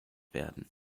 werden